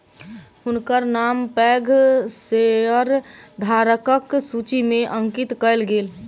हुनकर नाम पैघ शेयरधारकक सूचि में अंकित कयल गेल